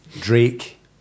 Drake